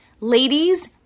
ladies